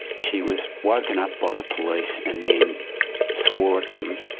she was woken up by the police and then swore at them,